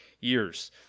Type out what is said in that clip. years